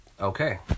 Okay